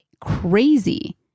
crazy